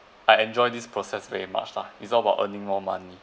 I enjoy this process very much lah it's all about earning more money